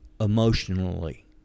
emotionally